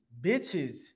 Bitches